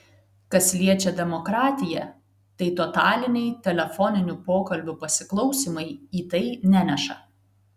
kas liečia demokratiją tai totaliniai telefoninių pokalbių pasiklausymai į tai neneša